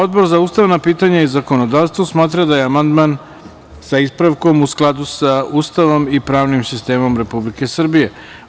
Odbor za ustavna pitanja i zakonodavstvo smatra da je amandman sa ispravkom u skladu sa Ustavom i pravinim sistemom Republike Srbije.